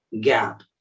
gap